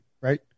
right